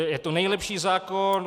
Je to nejlepší zákon.